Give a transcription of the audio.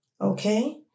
Okay